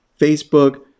Facebook